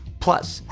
plus,